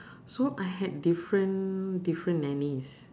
so I had different different nannies